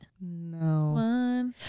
No